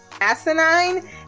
asinine